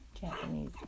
Japanese